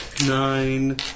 Nine